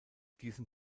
diesen